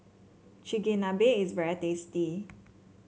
chigenabe is very tasty